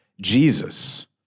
Jesus